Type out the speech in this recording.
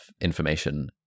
information